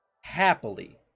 happily